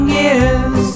years